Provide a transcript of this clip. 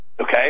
okay